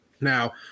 now